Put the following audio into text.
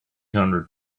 hundred